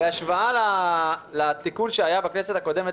בהשוואה לתיקון שהיה בכנסת הקודמת,